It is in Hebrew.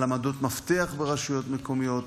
על עמדות מפתח ברשויות מקומיות,